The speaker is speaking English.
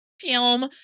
film